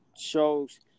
shows